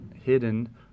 hidden